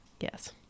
Yes